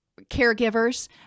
caregivers